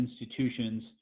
institutions